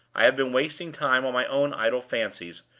i have been wasting time on my own idle fancies,